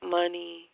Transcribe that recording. money